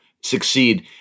succeed